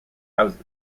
houses